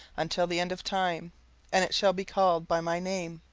until the end of time and it shall be called by my name.